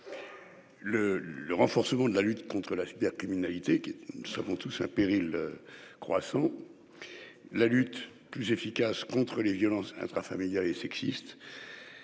le renforcement de la lutte contre la cybercriminalité qui savons tout ça péril. Croissant. La lutte plus efficace contre les violences intrafamiliales et sexistes.